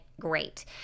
great